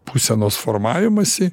būsenos formavimąsi